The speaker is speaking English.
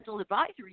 advisory